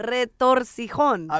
Retorcijón